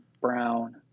Brown